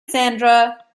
sandra